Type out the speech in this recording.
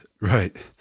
right